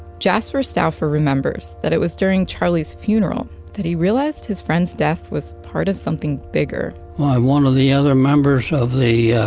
jasper stalfour remembers that it was during charlie's funeral that he realized his friend's death was part of something bigger one of the other members of the ah,